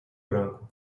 branco